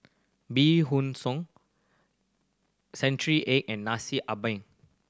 bee hoon century egg and Nasi Ambeng